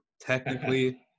technically